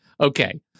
Okay